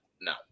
No